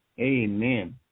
Amen